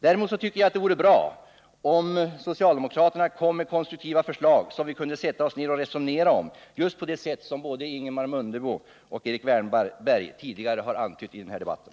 Däremot tycker jag att det vore bra om socialdemokraterna kom med konstruktiva förslag som vi kunde sätta oss ner och resonera om just på det sätt som både Ingemar Mundebo och Erik Wärnberg tidigare har antytt i den här debatten.